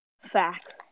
Facts